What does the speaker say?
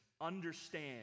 understand